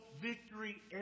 victory